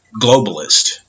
globalist